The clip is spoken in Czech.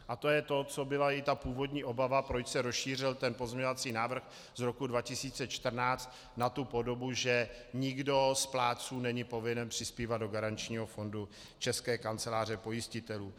A to je to, co byla i ta původní obava, proč se rozšířil pozměňovací návrh z roku 2014 na tu podobu, že nikdo z plátců není povinen přispívat do garančního fondu České kanceláře pojistitelů.